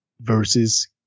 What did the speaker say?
versus